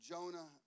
Jonah